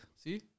See